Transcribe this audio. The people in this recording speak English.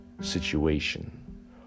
situation